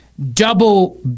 double